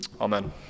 Amen